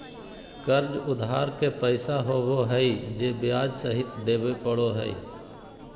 कर्ज उधार के पैसा होबो हइ जे ब्याज सहित देबे पड़ो हइ